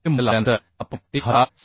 तर हे मूल्य लावल्यानंतर आपण 1060